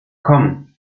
komm